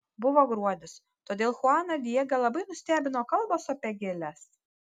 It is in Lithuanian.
buvo gruodis todėl chuaną diegą labai nustebino kalbos apie gėles